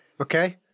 okay